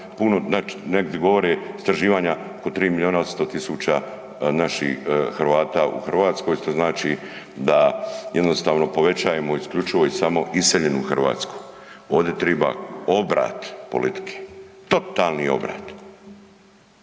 puno, znači negdje govore istraživanja oko 3 milijuna 800 tisuća naših Hrvata u Hrvatskoj, što znači da jednostavno povećajemo isključivo i samo iseljenu Hrvatsku. Ovdje triba obrat politike, totalni obrat.